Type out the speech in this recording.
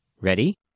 Ready